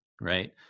Right